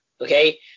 okay